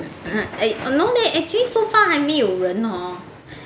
eh no leh actually so far 还没有人 hor